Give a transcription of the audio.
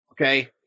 Okay